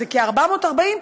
כי ה-440,